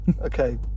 Okay